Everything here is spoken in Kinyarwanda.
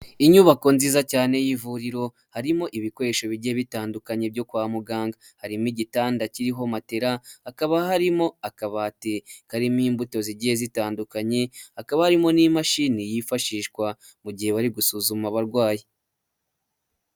Inyubako nziza cyane y'ivuriro harimo ibikoresho bijye bitandukanye byo kwa muganga, harimo igitanda kiriho matera hakaba harimo akabati karimo imbuto zigiye zitandukanye, hakaba harimo n'imashini yifashishwa mu gihe bari gusuzuma abarwayi.